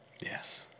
Yes